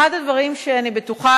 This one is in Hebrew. אחד הדברים שאני בטוחה